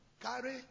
Carry